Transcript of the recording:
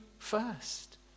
First